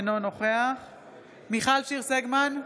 אינו נוכח מיכל שיר סגמן,